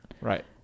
Right